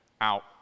out